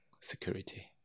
security